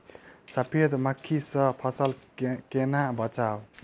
सफेद मक्खी सँ फसल केना बचाऊ?